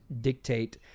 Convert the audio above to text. dictate